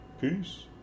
Peace